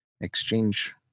Exchange